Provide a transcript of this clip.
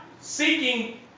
seeking